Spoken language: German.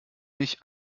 nicht